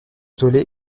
tollé